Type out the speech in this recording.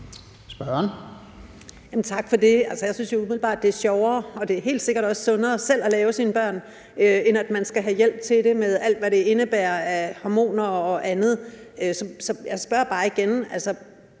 Tak for det. Jeg synes jo umiddelbart, det er sjovere, og det er helt sikkert også sundere selv at lave sine børn, end at man skal have hjælp til det med alt, hvad det indebærer af hormoner og andet. Så jeg spørger bare igen: